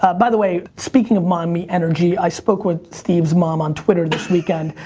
ah by the way, speaking of mommy energy, i spoke with steve's mom on twitter this weekend,